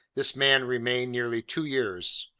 this man remained nearly two years.